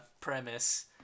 premise